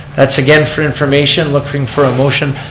that's again for information, looking for a motion.